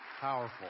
Powerful